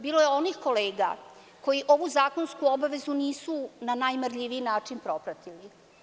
Bilo je onih kolega koji ovu zakonsku nisu na najmarljiviji način propratili.